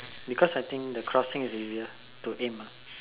because I think the crossing is easier to aim ah